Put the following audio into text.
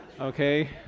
okay